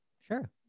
Sure